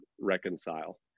reconcile